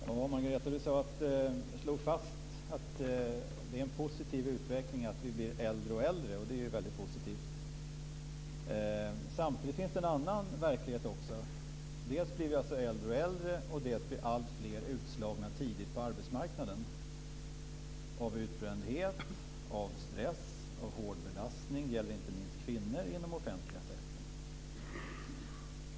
Herr talman! Margareta Andersson slog fast att det är en positiv utveckling att vi blir äldre och äldre, och det är det ju. Det finns också en annan utveckling. Dels blir vi äldre och äldre, dels blir alltfler utslagna tidigt från arbetsmarknaden av utbrändhet, av stress, av hård belastning. Det gäller inte minst kvinnor inom den offentliga sektorn.